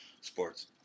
sports